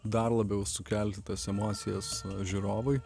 dar labiau sukelti tas emocijas žiūrovui